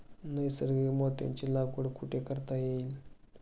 नैसर्गिक मोत्यांची लागवड कुठे करता येईल?